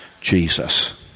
Jesus